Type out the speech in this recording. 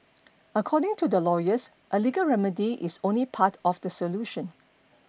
according to the lawyers a legal remedy is only part of the solution